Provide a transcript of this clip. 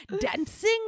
dancing